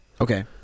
Okay